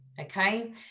okay